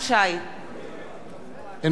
נגד